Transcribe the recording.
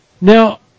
Now